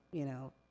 you know,